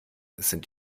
sind